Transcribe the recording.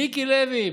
מיקי לוי.